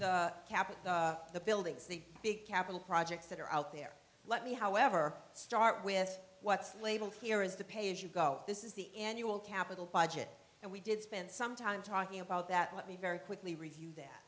capital the buildings the big capital projects that are out there let me however start with what's labeled here is the pay as you go this is the annual capital budget and we did spend some time talking about that let me very quickly review that